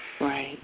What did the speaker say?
Right